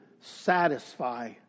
satisfy